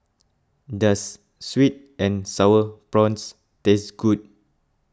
does Sweet and Sour Prawns taste good